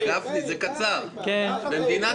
במדינת